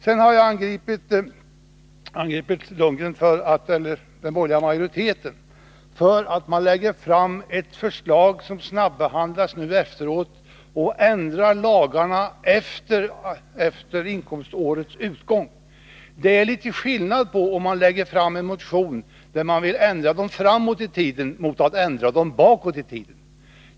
Sedan har jag angripit den borgerliga majoriteten för att den har lagt fram ett förslag som snabbehandlas nu efteråt och som ändrar lagarna efter inkomstårets utgång. Det är litet skillnad mellan att lägga fram en motion där det föreslås en ändring framåt i tiden och att föreslå en ändring bakåt i tiden.